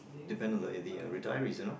depends on the the retirees you know